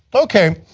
okay,